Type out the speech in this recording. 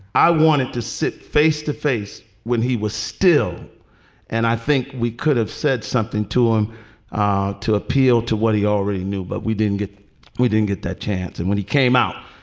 i wanted to sit face to face when he was still and i think we could have said something to him ah to appeal to what he already knew. but we didn't get we didn't get that chance. and when he came out,